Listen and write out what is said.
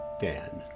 Dan